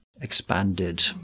expanded